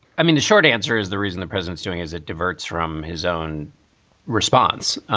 i mean, the short answer is the reason the president's doing is it diverts from his own response,